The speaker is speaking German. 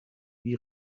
wie